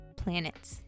planets